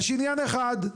יש עניין אחד,